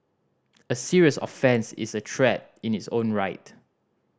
a serious offence is a threat in its own right